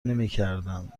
نمیکردند